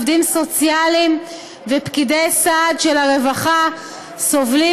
עובדים סוציאליים ופקידי סעד של הרווחה סובלים